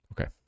Okay